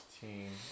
team